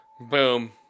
Boom